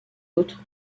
autres